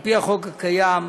על-פי החוק הקיים,